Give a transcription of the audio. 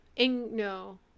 No